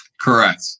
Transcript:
Correct